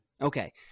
Okay